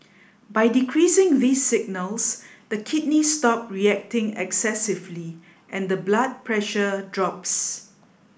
by decreasing these signals the kidneys stop reacting excessively and the blood pressure drops